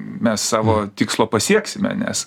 mes savo tikslo pasieksime nes